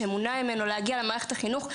שמונע ממנו להגיע למערכת החינוך,